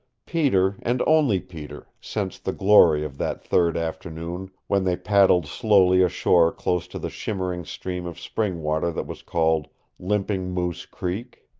peter, and only peter, sensed the glory of that third afternoon when they paddled slowly ashore close to the shimmering stream of spring water that was called limping moose creek.